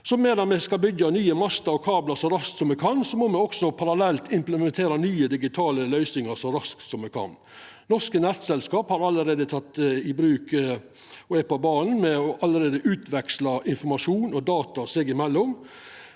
Medan me skal byggja nye master og kablar så raskt som me kan, må me også parallelt implementera nye, digitale løysingar så raskt som me kan. Norske nettselskap har allereie teke i bruk og er på banen med å utveksla informasjon og data seg imellom,